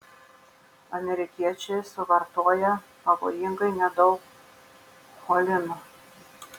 amerikiečiai suvartoja pavojingai nedaug cholino